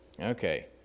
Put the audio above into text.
Okay